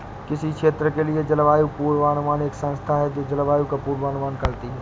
किसी क्षेत्र के लिए जलवायु पूर्वानुमान एक संस्था है जो जलवायु का पूर्वानुमान करती है